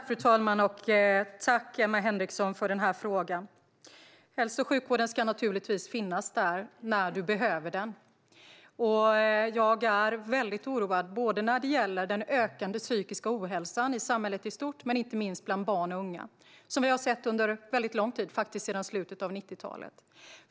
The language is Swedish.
Fru talman! Jag tackar Emma Henriksson för frågan. Hälso och sjukvården ska naturligtvis finnas där när du behöver den. Jag är väldigt oroad när det gäller den ökande psykiska ohälsan både i samhället i stort och inte minst bland barn och unga, som vi har sett under en väldigt lång tid - faktiskt sedan slutet av 90-talet.